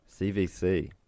CVC